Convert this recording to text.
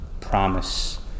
promise